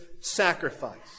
sacrifice